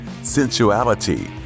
sensuality